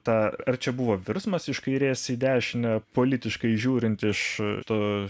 tą ar čia buvo virsmas iš kairės į dešinę politiškai žiūrint iš to